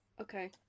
okay